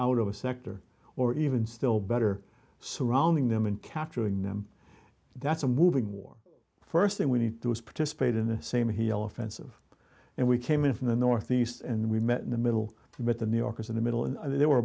out of a sector or even still better surrounding them and capturing them that's a moving war st thing we need to is participate in the same he'll offensive and we came in from the northeast and we met in the middle with the new yorkers in the middle and there were